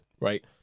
right